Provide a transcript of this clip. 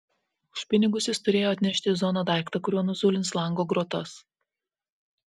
už pinigus jis turėjo atnešti į zoną daiktą kuriuo nuzulins lango grotas